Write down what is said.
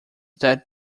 that